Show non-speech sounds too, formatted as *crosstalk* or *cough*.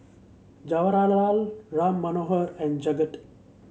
*unintelligible* Ram Manohar and Jagat